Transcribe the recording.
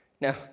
Now